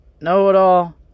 know-it-all